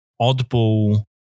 oddball